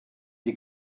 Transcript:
des